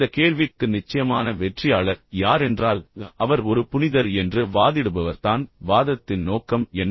இந்த கேள்விக்கு நிச்சயமான வெற்றியாளர் யாரென்றால் அவர் ஒரு புனிதர் என்று வாதிடுபவர் தான் வாதத்தின் நோக்கம் என்ன